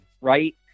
right